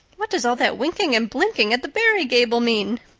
what does all that winking and blinking at the barry gable mean?